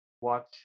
watch